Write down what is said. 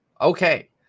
Okay